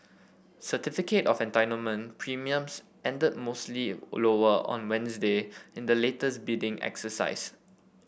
certificate of Entitlement premiums ended mostly lower on Wednesday in the latest bidding exercise